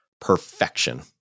perfection